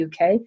UK